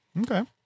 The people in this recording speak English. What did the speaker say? Okay